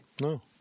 No